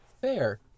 Fair